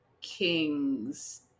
king's